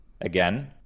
again